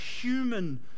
human